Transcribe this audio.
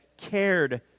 cared